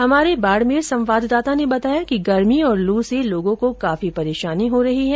हमारे बाडमेर संवाददाता ने बताया कि गर्मी और लू से लोगों को काफी परेशानी हो रही है